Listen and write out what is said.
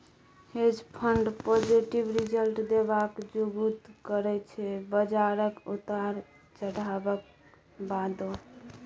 हेंज fund positive result देबाक जुगुत करय छै बजारक उतार चढ़ाबक बादो